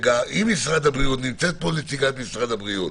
עם משרד הבריאות נמצאת פה נציגת משרד הבריאות,